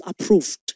approved